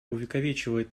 увековечивает